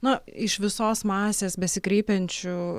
na iš visos masės besikreipiančių